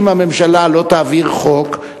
אם הממשלה לא תעביר חוק,